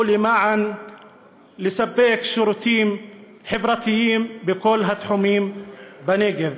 ולמען לספק שירותים חברתיים בכל התחומים בנגב.